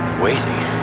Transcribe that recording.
Waiting